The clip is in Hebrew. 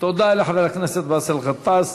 תודה לחבר הכנסת באסל גטאס.